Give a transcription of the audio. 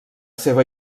seva